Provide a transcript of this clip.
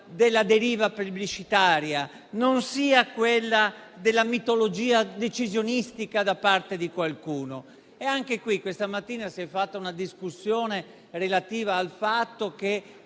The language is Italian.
della deriva plebiscitaria e della mitologia decisionistica da parte di qualcuno. Anche qui questa mattina si è fatta una discussione relativa al fatto che